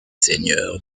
seigneurs